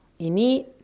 Ini